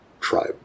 tribe